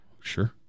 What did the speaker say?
Sure